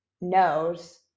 knows